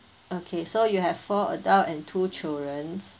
okay so you have four adult and two children